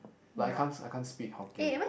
like I can't I can't speak Hokkien